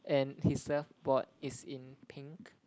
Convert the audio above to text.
and his surfboard is in pink